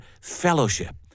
fellowship